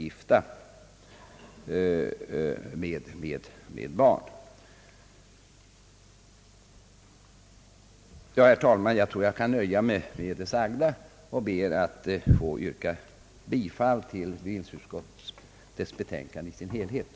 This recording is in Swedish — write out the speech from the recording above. Herr talman! Jag kan nöja mig med det sagda och ber att få yrka bifall till utskottets hemställan på samtliga punkter.